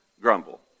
Grumble